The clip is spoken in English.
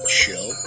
show